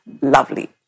lovely